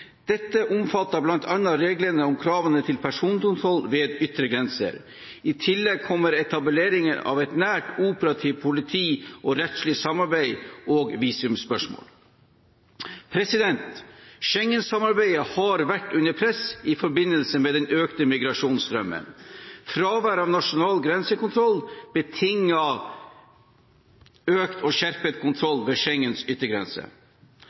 Dette omfatter bl.a. reglene om kravene til personkontroll ved ytre grenser. I tillegg kommer etableringen av et nært operativt politisamarbeid og et rettslig samarbeid om visumspørsmål. Schengen-samarbeidet har vært under press i forbindelse med den økte migrasjonsstrømmen. Fravær av en nasjonal grensekontroll betinger økt og skjerpet